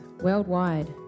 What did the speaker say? worldwide